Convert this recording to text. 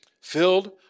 Filled